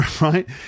right